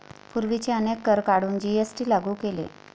पूर्वीचे अनेक कर काढून जी.एस.टी लागू केले